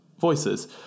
voices